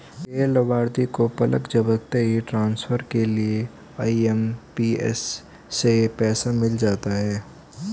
गैर लाभार्थी को पलक झपकते ही ट्रांसफर के लिए आई.एम.पी.एस से पैसा मिल जाता है